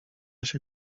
się